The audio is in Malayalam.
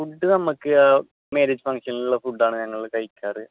ഫുഡ് നമുക്ക് മാര്യേജ് ഫംഗ്ഷനിലുള്ള ഫുഡ് ആണ് ഞങ്ങൾ കഴിക്കാറ്